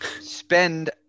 spend